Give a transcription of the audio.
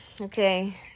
okay